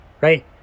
right